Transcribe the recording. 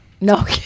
No